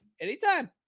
anytime